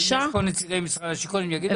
יש פה נציגי משרד השיכון, הם יגידו.